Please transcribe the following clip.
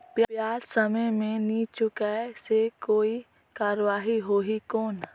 ब्याज समय मे नी चुकाय से कोई कार्रवाही होही कौन?